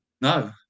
no